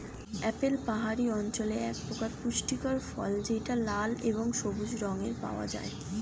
apple পাহাড়ি অঞ্চলের একপ্রকার পুষ্টিকর ফল যেটা লাল এবং সবুজ রঙে পাওয়া যায়